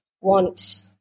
want